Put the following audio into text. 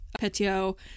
Petio